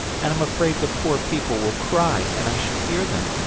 and i'm afraid the poor people will cry, and i should hear them.